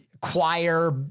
choir